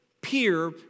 peer